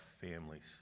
families